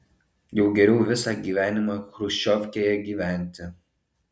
jau geriau visą gyvenimą chruščiovkėje gyventi